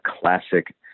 classic